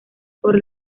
por